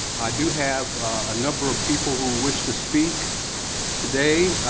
do have a number of people who wish to speak today.